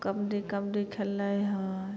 कबडी कबडी खेलै हइ